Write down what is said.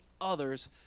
others